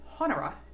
Honora